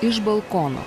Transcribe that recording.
iš balkono